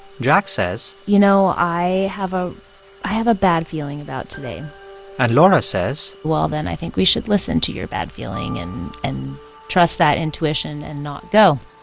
jack says. you know, i have a i have a bad feeling about today and laura says. well, then, i think we should listen to your bad feeling and and trust that intuition and not go